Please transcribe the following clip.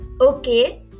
Okay